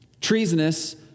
treasonous